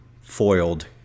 foiled